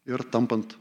ir tampant